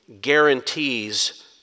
guarantees